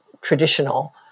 traditional